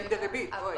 בריבית דריבית.